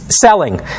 selling